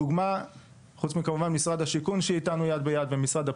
ואני רוצה לציין שכמובן חוץ ממשרד השיכון שאיתנו יד ביד ומשרד הפנים,